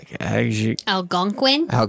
Algonquin